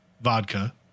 vodka